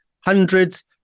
Hundreds